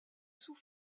sous